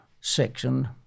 section